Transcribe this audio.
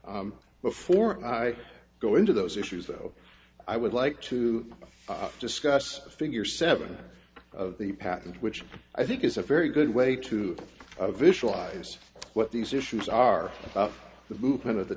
tack before i go into those issues though i would like to discuss the figure seven of the patent which i think is a very good way to visualize what these issues are the movement of the